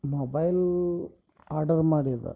mobile order ಮಾಡಿದ್ದೆ